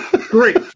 Great